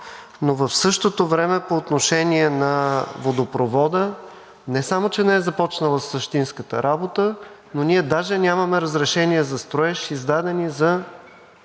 но в същото време по отношение на водопровода не само че не е започнала същинската работа, но ние даже нямаме разрешения за строеж, издадени за